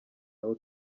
aho